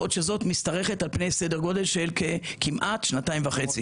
בעוד שזאת משתרכת על פני סדר גודל של כמעט שנתיים וחצי.